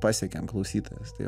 pasiekėm klausytojus tai